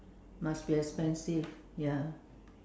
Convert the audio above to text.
must be expensive ya